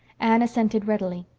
anne assented readily.